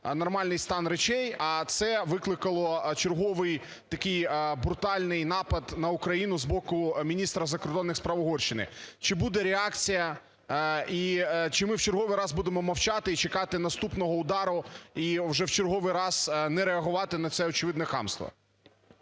нормальний стан речей, а це викликало черговий такий брутальний напад на Україну з боку міністра закордонних справ Угорщини. Чи буде реакція? Чи ми в черговий раз будемо мовчати і чекати наступного удару і вже в черговий раз не реагувати на це очевидне хамство?